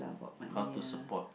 how to support